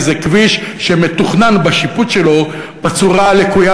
כי זה כביש שמתוכנן בשיפוץ שלו בצורה הלקויה